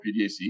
PDAC